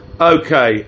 Okay